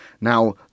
Now